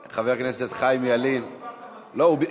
לחכות לך עוד או שדיברת מספיק?